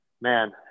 man